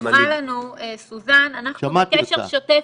אמרה לנו סוזן, אנחנו בקשר שוטף